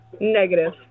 Negative